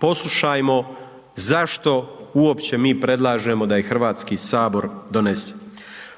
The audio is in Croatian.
poslušajmo zašto uopće mi predlažemo da je Hrvatski sabor donese.